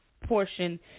portion